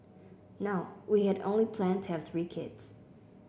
no we had only planned to have three kids